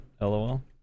LOL